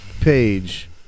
page